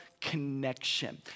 connection